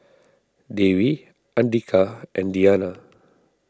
Dewi andika and Diyana